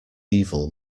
evil